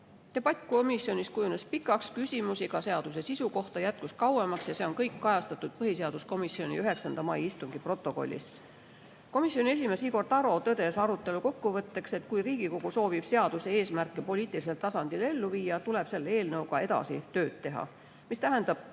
lõppeb. Debatt komisjonis kujunes pikaks. Küsimusi, ka seaduse sisu kohta, jätkus kauemaks ja see on kõik kajastatud põhiseaduskomisjoni 9. mai istungi protokollis. Komisjoni esimees Igor Taro tõdes arutelu kokkuvõtteks, et kui Riigikogu soovib seaduse eesmärke poliitilisel tasandil ellu viia, tuleb selle eelnõuga edasi tööd teha, mis tähendab